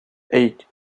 eight